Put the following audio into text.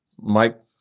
Mike